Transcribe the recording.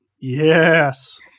Yes